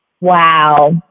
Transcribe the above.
Wow